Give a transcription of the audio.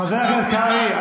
חבר הכנסת קרעי,